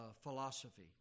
philosophy